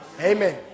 Amen